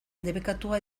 debekatua